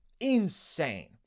insane